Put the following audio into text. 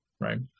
right